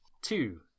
Two